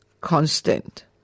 constant